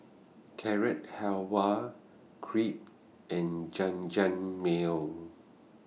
Carrot Halwa Crepe and Jajangmyeon